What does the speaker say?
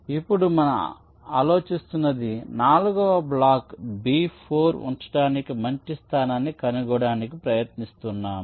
ఇప్పుడు మనం ఆలోచిస్తున్నది నాల్గవ బ్లాక్ B4 ఉంచడానికి మంచి స్థానాన్ని కనుగొనడానికి ప్రయత్నిస్తున్నాము